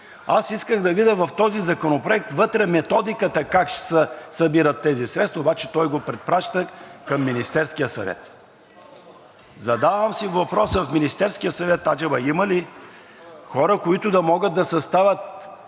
исках да видя вътре в този законопроект методиката – как ще се събират тези средства, обаче той го препраща към Министерския съвет. Задавам си въпроса: в Министерския съвет аджеба има ли хора, които да могат да съставят